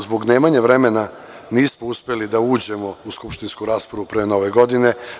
Zbog nemanja vremena nismo uspeli da uđemo u skupštinsku raspravu pre Nove godine.